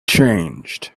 changed